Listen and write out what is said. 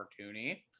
cartoony